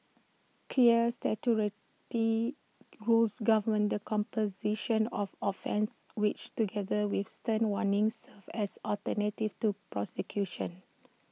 clear rules govern the composition of offences which together with stern warnings serve as alternatives to prosecution